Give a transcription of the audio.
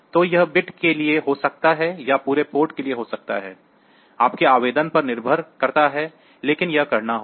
तो यह बिट के लिए हो सकता है या पूरे पोर्ट के लिए हो सकता है आपके आवेदन पर निर्भर करता है लेकिन यह करना होगा